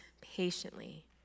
patiently